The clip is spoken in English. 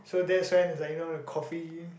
so that's when is like you know the coffee